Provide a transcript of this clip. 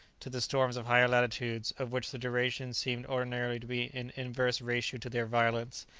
to the storms of higher latitudes, of which the duration seems ordinarily to be in inverse ratio to their violence,